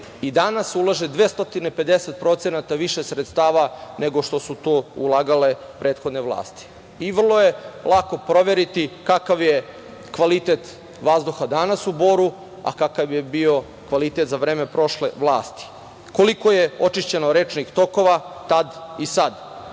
i danas ulaže 250% više sredstava nego što su to ulagale prethodne vlasti. Vrlo je lako proveriti kakav je kvalitet vazduha danas u Boru, a kakav je bio kvalitet za vreme prošle vlasti, koliko je očišćeno rečnih tokova tad i sad.